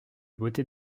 beauté